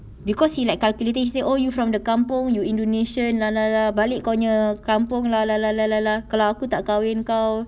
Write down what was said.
because he like calculative say oh you from the kampung you indonesian lah blah blah blah balik kau punya kampung blah blah blah blah blah blah kalau aku tak kahwin kau